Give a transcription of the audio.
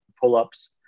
pull-ups